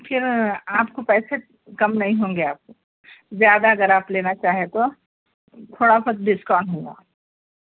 پھر آپ کو پیسے کم نہیں ہوں گے آپ کو زیادہ اگر آپ لینا چاہیں تو تھوڑا بہت ڈسکاؤنٹ ہوگا